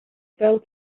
fell